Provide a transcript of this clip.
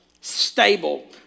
stable